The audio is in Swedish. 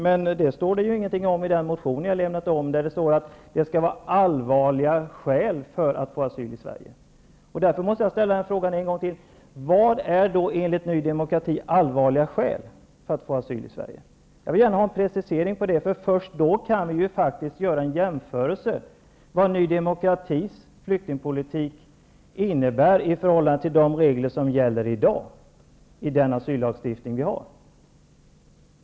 Men om detta står det ju ingenting i er motion. Där står att det skall vara fråga om allvarliga skäl för att få asyl i Sverige. Därför måste jag ställa frågan en gång till: Vad är enligt Ny demokrati allvarliga skäl när det gäller att få asyl i Sverige? Jag vill gärna ha en precisering, för först då kan vi faktiskt bedöma vad Ny demokratis flyktingpolitik innebär i förhållande till de regler som gäller i dag i vår asyllagstiftning.